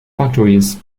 factories